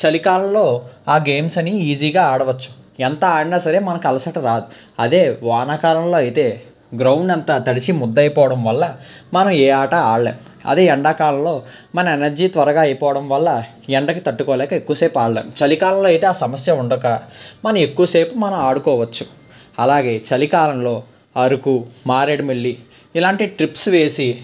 చలికాలంలో ఆ గేమ్స్ అన్నీ ఈజీగా ఆడవచ్చు ఎంత ఆడిన సరే మనకు అలసట రాదు అదే వానాకలంలో అయితే గ్రౌండ్ అంతా తడిసి ముద్దయిపోవడం వల్ల మన ఏ ఆట ఆడలేం అదే ఎండాకాలంలో మన ఎనర్జీ త్వరగా అయిపోవడం వల్ల ఎండకు తట్టుకోలేక ఎక్కువ సేపు ఆడలేం చలికాలంలో అయితే ఆ సమస్య ఉండక మనం ఎక్కువ సేపు మనం ఆడుకోవచ్చు అలాగే చలికాలంలో అరుకు మారేడుమల్లి ఇలాంటి ట్రిప్స్ వేసి